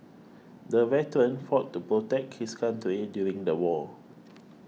the veteran fought to protect his country during the war